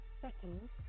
seconds